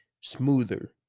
smoother